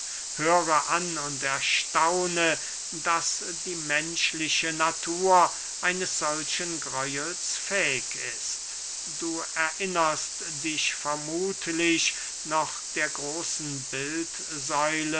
höre an und erstaune daß die menschliche natur eines solchen gräuels fähig ist du erinnerst dich vermuthlich noch der großen